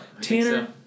Tanner